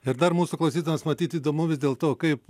ir dar mūsų klausytojams matyt įdomu vis dėlto kaip